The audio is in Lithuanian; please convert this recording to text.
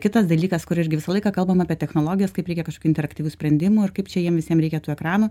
kitas dalykas kur irgi visą laiką kalbam apie technologijas kaip reikia kažkokių interaktyvių sprendimų ir kaip čia jiem visiem reikia tų ekranų